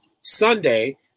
Sunday